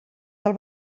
del